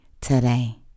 today